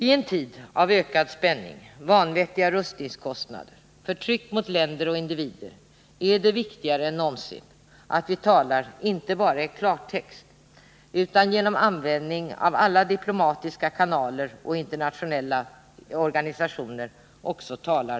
I en tid av ökad spänning, vanvettiga rustningskostnader och förtryck mot länder och individer, är det viktigare än någonsin att vi talar inte bara i klartext utan högljutt med användande av alla diplomatiska kanaler och alla internationella organisationer.